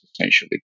essentially